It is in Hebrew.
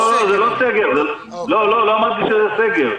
לא, לא אמרתי שזה סגר.